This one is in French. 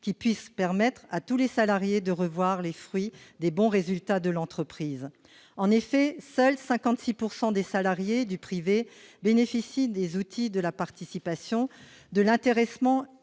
redéfini, afin que tous les salariés puissent recevoir les fruits des bons résultats de l'entreprise. En effet, seuls 56 % des salariés du privé bénéficient des outils de la participation, de l'intéressement